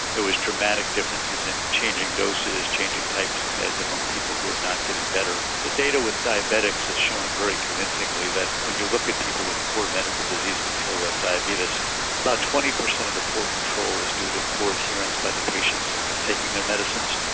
there was dramatic differences in changing doses, changing types of meds amongst people who were not getting better. the data with diabetics has shown very convincingly that when you look at people with poor medical disease control of diabetes about twenty percent of the poor control is due to poor adherence by the patients of taking their medicines.